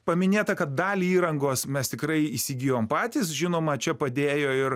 paminėta kad dalį rangos mes tikrai įsigijom patys žinoma čia padėjo ir